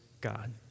God